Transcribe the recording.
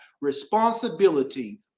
responsibility